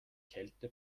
kälte